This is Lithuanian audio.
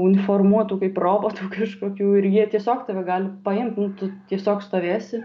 uniformuotų kaip robotų kažkokių ir jie tiesiog tave gali paimt nu tu tiesiog stovėsi